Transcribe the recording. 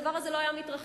הדבר הזה לא היה מתרחש,